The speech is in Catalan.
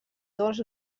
dos